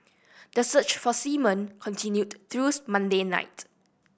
the search for seamen continued through Monday night